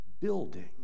building